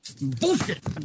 Bullshit